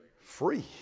free